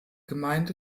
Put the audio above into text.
gemeinde